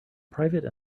private